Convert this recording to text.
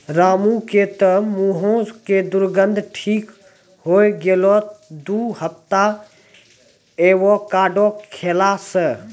रामू के तॅ मुहों के दुर्गंध ठीक होय गेलै दू हफ्ता एवोकाडो खैला स